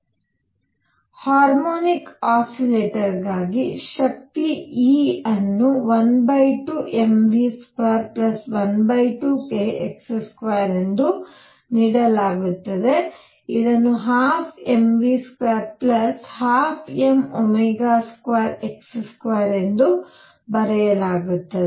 ಆದ್ದರಿಂದ harmonic oscillator ಗಾಗಿ ಶಕ್ತಿ E ಅನ್ನು 12 mv212kx2 ಎಂದು ನೀಡಲಾಗುತ್ತದೆ ಇದನ್ನು 12 mv212m2x2 ಎಂದೂ ಬರೆಯಲಾಗುತ್ತದೆ